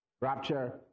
rapture